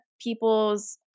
people's